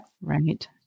Right